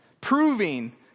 proving